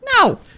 No